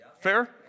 Fair